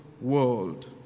world